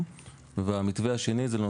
אבל זה לא